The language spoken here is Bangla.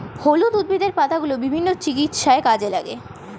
হলুদ উদ্ভিদের পাতাগুলো বিভিন্ন চিকিৎসায় লাগে